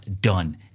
done